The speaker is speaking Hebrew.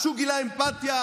הוא גילה אמפתיה?